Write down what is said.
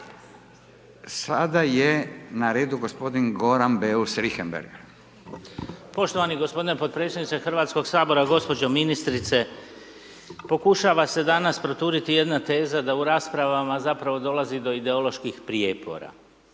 Richembergh, Goran (GLAS)** Poštovani gospodine potpredsjedniče Hrvatskog sabora, gospođo ministrice. Pokušava se danas proturiti jedna teza da u raspravama zapravo dolazi do ideoloških prijepora.